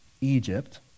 Egypt